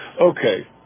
Okay